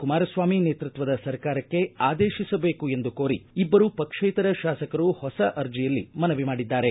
ಕುಮಾರಸ್ವಾಮಿ ನೇತೃತ್ವದ ಸರ್ಕಾರಕ್ಕೆ ಆದೇಶಿಸಬೇಕು ಎಂದು ಕೋರಿ ಇಬ್ಬರು ಪಕ್ಷೇತರ ಶಾಸಕರು ಹೊಸ ಅರ್ಜೆಯಲ್ಲಿ ಮನವಿ ಮಾಡಿದ್ದಾರೆ